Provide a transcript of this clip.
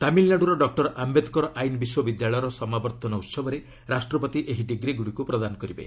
ତାମିଲ୍ନାଡୁର ଡକ୍ଟର ଆୟେଦ୍କର ଆଇନ ବିଶ୍ୱବିଦ୍ୟାଳୟର ସମାବର୍ତ୍ତନ ଉହବରେ ରାଷ୍ଟ୍ରପତି ଏହି ଡିଗ୍ରୀଗୁଡ଼ିକୁ ପ୍ରଦାନ କରିବେ